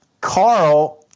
Carl –